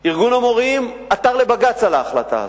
ארגון המורים עתר לבג"ץ על ההחלטה הזאת.